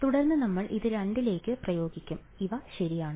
തുടർന്ന് നമ്മൾ ഇത് രണ്ടിലേക്ക് പ്രയോഗിക്കും ഇവ ശരിയാണ്